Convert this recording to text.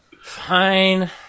fine